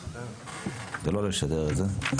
לא לשדר את זה